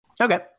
Okay